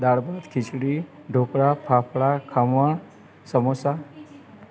દાળભાત ખીચડી ઢોકળા ફાફડા ખમણ સમોસા